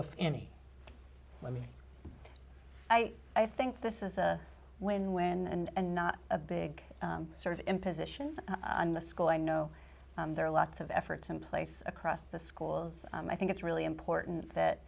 if any let me i think this is a win win and not a big sort of imposition on the school i know there are lots of efforts in place across the schools and i think it's really important that